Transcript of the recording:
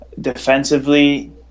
defensively